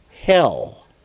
hell